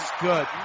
good